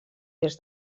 des